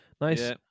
Nice